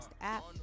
app